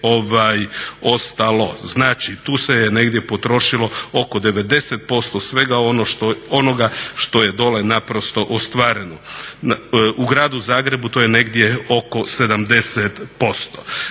ostalo. Znači tu se je negdje potrošilo oko 90% svega onoga što je dolje ostvareno. U gradu Zagrebu to je negdje oko 70%.